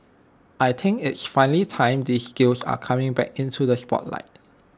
I think it's finally time these skills are coming back into the spotlight